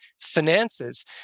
finances